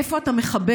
איפה אתה מחבר?